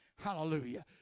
Hallelujah